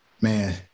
man